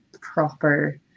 proper